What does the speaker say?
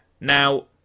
Now